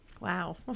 Wow